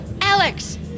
Alex